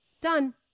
Done